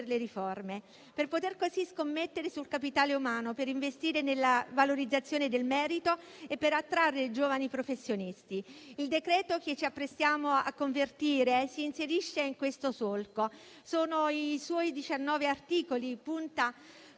le riforme, per poter così scommettere sul capitale umano, per investire nella valorizzazione del merito e per attrarre giovani professionisti. Il decreto che ci apprestiamo a convertire si inserisce in questo solco. I suoi 19 articoli puntano